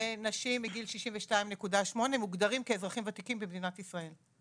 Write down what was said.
ונשים מגיל 62.8 מוגדרים כאזרחים ותיקים במדינת ישראל.